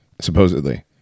supposedly